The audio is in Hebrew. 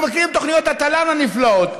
אנחנו מכירים את תוכניות התל"ן הנפלאות.